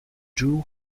drew